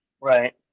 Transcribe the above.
Right